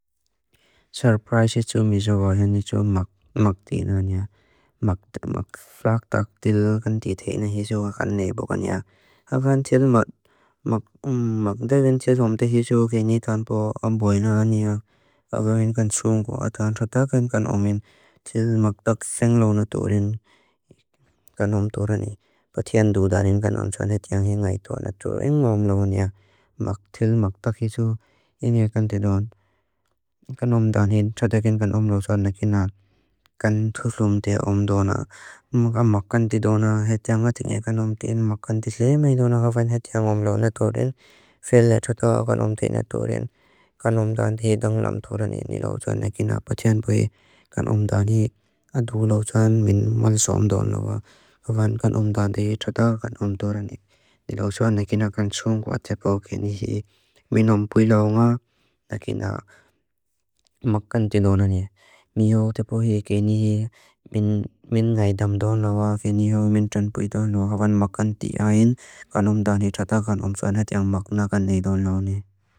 Saar praesitu miso baxan niso maak tina niya, maak flaak taak dil kan tithai na hiso a kani ebo kaniya. A kani tila maak dagin tila omte hiso keni tanpo a bwena aniya. A gawin kan sungu a tanra taakan kan omin tila maak taak seng loo na turin kan om turini. Pa tian dudanin kan omsa na tian hingai tuwa na turing om loo niya, maak tila maak taak hiso. Ini e kan tila om, kan om danin tataakin kan om loo saan na kina kan tusu om tia om doona. Maak kan tila doona, heti anga tina e kan om tia, maak kan tila e mai doona gawan heti anga om loo na turin. Fela tataak kan om tia na turin, kan om danin hei dang lam turini, ni loo saan na kina. Pa tian pui, kan om danin adu loo saan min malso om doon loo wa gawan kan om danin tataak kan om turini. Ni loo saan na kina kan sung wa tepo kini hii, min om pui loo nga, na kina maak kan tila doona ni. Mi ho tepo hii kini hii, min ngai dang doon loo wa kini ho min tion pui doon loo hawan maak kan tia hin, kan om danin tataakan om saan heti ang maak na kan nai doon loo ni.